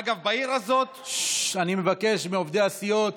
אגב, בעיר הזאת, אני מבקש מעובדי הסיעות